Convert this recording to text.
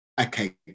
Okay